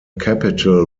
capital